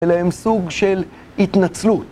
אלא הם סוג של התנצלות.